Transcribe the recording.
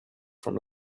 from